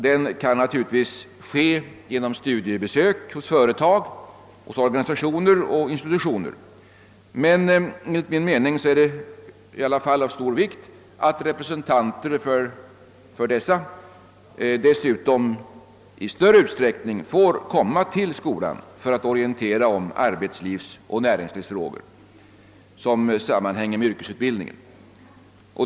Den kan naturligtvis lämnas vid studiebesök hos företag, organisationer och institutioner, men enligt min mening är det i alla fall av stor vikt att representanter för dessa i större utsträckning får komma till skolan för att orientera om arbetslivets och näringslivets frågor som sammanhänger med yrkesutbildningen.